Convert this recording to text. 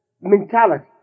mentality